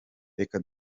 reka